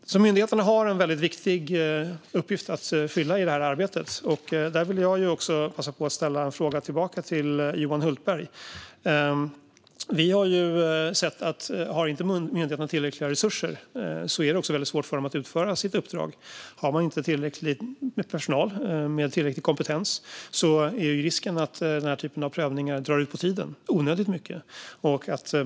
Myndigheterna har en viktig uppgift att fylla i arbetet. Där vill jag passa på att ställa en fråga tillbaka till Johan Hultberg. Vi har sett att om myndigheterna inte får tillräckliga resurser är det svårt för dem att utföra sitt uppdrag. Om de inte har tillräckligt med personal, tillräcklig kompetens, finns risken att prövningar drar ut på tiden onödigt mycket.